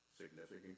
significant